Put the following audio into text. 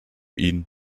ihn